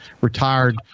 retired